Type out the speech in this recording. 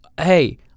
hey